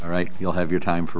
right you'll have your time for